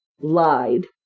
lied